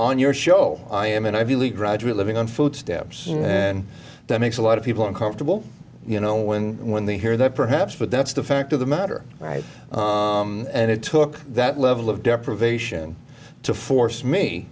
on your show i am an ivy league graduate living on food stamps and that makes a lot of people uncomfortable you know when when they hear that perhaps but that's the fact of the matter right and it took that level of deprivation to force me